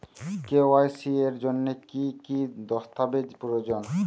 KYC এর জন্যে কি কি দস্তাবেজ প্রয়োজন?